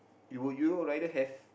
you would rather have